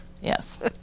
Yes